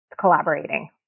collaborating